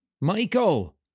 Michael